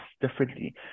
differently